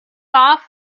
off